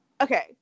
Okay